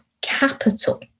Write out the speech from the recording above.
capital